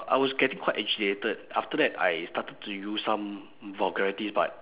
I was getting quite agitated after that I started to use some vulgarities but